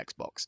Xbox